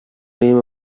name